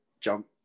jump